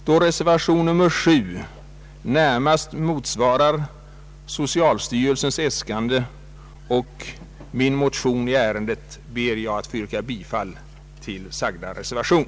Då reservation a närmast motsvarar socialstyrelsens äskande och min motion i ärendet, ber jag att få yrka bifall till sagda reservation.